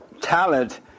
talent